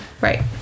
right